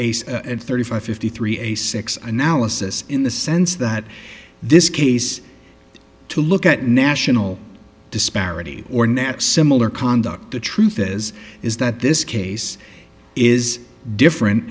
ace at thirty five fifty three a six analysis in the sense that this case to look at national disparity or nat similar conduct the truth is is that this case is different